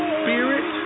spirit